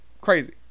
crazy